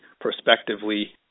prospectively